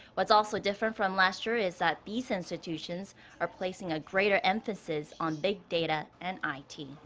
what's also different from last year is that these institutions are placing a greater emphasis on big data and i mean